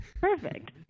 Perfect